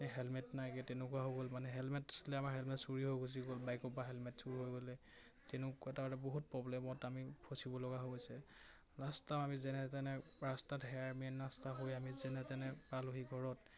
helmet নাইকে তেনেকুৱা হৈ গ'ল মানে হেলমেট আছিলে আমাৰ হেলমেট চুৰি হৈ পৰা হেলমেট চুৰ হৈ গ'লে তেনেকুৱা বহুত প্ৰব্লেমত আমি ফচিব লগা হৈছে আমি যেনেতেনে ৰাস্তাত মেইন ৰাস্তা হৈ আমি যেনেতেনে পালোহি ঘৰত